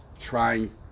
trying